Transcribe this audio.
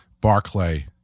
Barclay